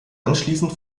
anschließend